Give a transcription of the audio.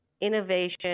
innovation